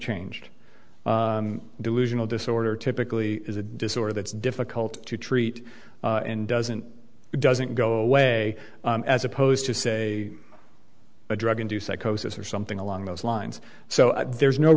changed delusional disorder typically is a disorder that's difficult to treat and doesn't doesn't go away as opposed to say a drug induced psychosis or something along those lines so there's no